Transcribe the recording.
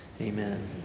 amen